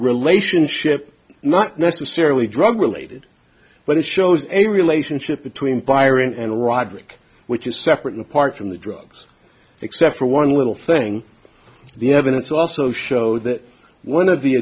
relationship not necessarily drug related but it shows a relationship between byron and roderick which is separate and apart from the drugs except for one little thing the evidence also show that one of the